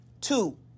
two